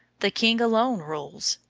the king alone rules,